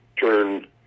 turn